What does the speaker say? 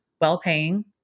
well-paying